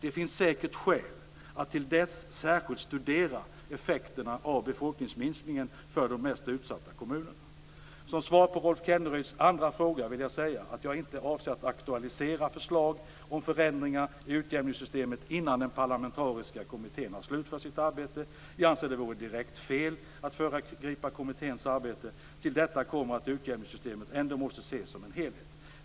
Det finns säkert skäl att till dess särskilt studera effekterna av befolkningsminskningen för de mest utsatta kommunerna. Som svar på Rolf Kenneryds andra fråga vill jag säga att jag inte avser att aktualisera förslag om förändringar i utjämningssystemet innan den parlamentariska kommittén har slutfört sitt arbete. Jag anser att det vore direkt fel att föregripa kommitténs arbete. Till detta kommer att utjämningssystemet ändå måste ses som en helhet.